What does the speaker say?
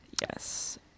Yes